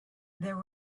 there